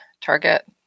target